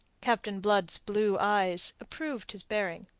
captain blood's blue eyes approved his bearing.